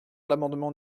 l’amendement